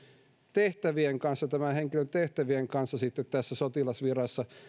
tehtävien kanssa tämän henkilön tehtävien kanssa sitten tässä sotilasvirassa